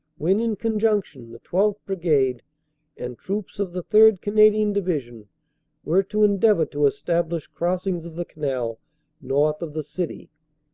when, in con junction, the twelfth. brigade and troops of the third. canadian division were to endeavor to establish crossings of the canal north of the city.